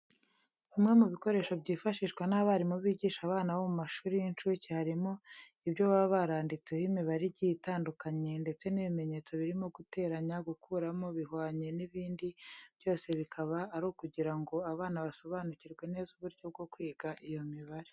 Bimwe mu bikoresho byifashishwa n'abarimu bigisha abana bo mu mashuri y'incuke harimo ibyo baba baranditseho imibare igiye itandukanye ndetse n'ibimenyetso birimo guteranya, gukuramo, bihwanye n'ibindi, byose bikaba ari ukugira ngo abana basobanukirwe neza uburyo bwo kwiga iyo mibare.